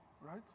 right